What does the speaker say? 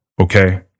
Okay